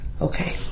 Okay